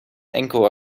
enkel